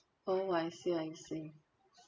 oh I see I see